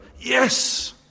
yes